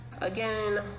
again